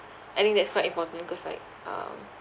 I think that's quite important cause like um